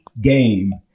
game –